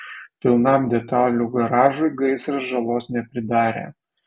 pilnam detalių garažui gaisras žalos nepridarė